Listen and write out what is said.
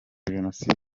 jenoside